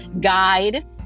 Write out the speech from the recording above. guide